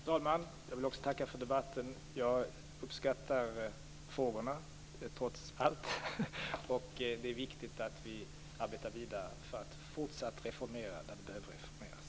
Fru talman! Också jag tackar för debatten. Jag uppskattar frågorna trots allt, och det är viktigt att vi arbetar vidare för att reformera där det behöver reformeras.